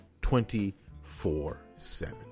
24-7